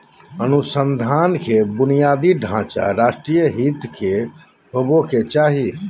अनुसंधान के बुनियादी ढांचा राष्ट्रीय हित के होबो के चाही